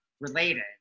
related